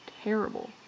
terrible